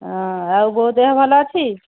ହଁ ଆଉ ବୋଉ ଦେହ ଭଲ ଅଛି